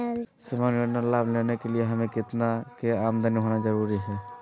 सामान्य योजना लाभ लेने के लिए हमें कितना के आमदनी होना जरूरी है?